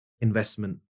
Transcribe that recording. investment